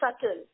subtle